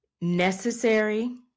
necessary